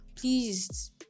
please